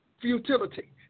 futility